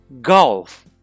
golf